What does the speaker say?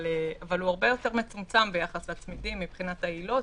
אבל הוא הרבה יותר מצומצם ביחס לצמידים מבחינת העילות,